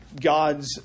God's